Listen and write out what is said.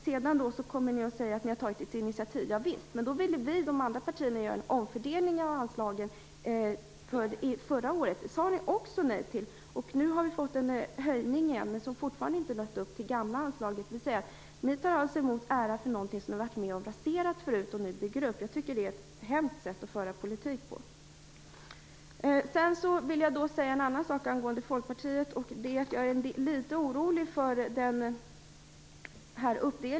Sedan kommer ni och säger att ni har tagit ett initiativ. Ja visst, då ville vi i de andra partierna göra en omfördelning av anslagen förra året. Det sade ni också nej till. Nu har vi fått en höjning igen, men vi är fortfarande inte uppe i det gamla anslaget. Ni tar alltså ära för någonting som ni varit med om att rasera förut och nu bygger upp. Jag tycker att det är ett hemskt sätt att föra politik på. Jag är litet orolig för uppdelningen i debatten för Folkpartiets del.